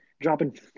dropping